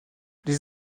les